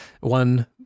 one